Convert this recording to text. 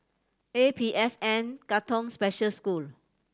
A P S N Katong Special School